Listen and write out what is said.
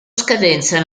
scadenza